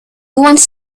wants